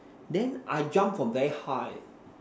then I jump from very high